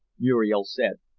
muriel said,